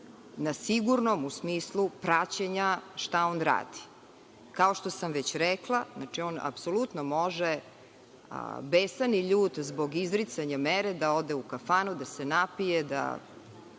na sigurnom u smislu praćenja šta on radi. Kao što sam rekla, on apsolutno može besan i ljut, zbog izricanja mere da ode u kafanu, da se napije, da